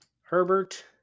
Herbert